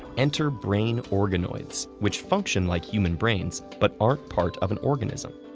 enter brain organoids, which function like human brains but aren't part of an organism.